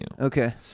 Okay